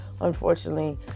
unfortunately